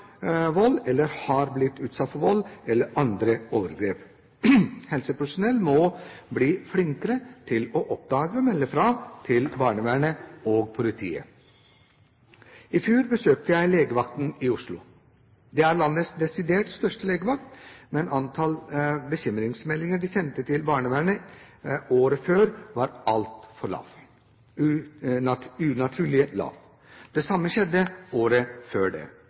vold, har blitt utsatt for vold eller andre overgrep. Helsepersonell må bli flinkere til å oppdage og melde fra til barnevernet og politiet. I fjor besøkte jeg legevakten i Oslo. Det er landets desidert største legevakt, men antall bekymringsmeldinger de sendte til barnevernet året før, var altfor lavt – unaturlig lavt. Det samme skjedde året før det.